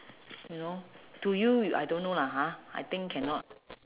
you know to you I don't know lah ha I think cannot